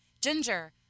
ginger